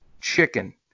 Chicken